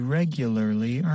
regularly